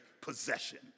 possession